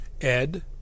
Ed